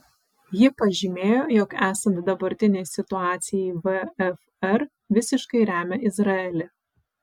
ji pažymėjo jog esant dabartinei situacijai vfr visiškai remia izraelį